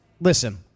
Listen